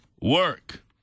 work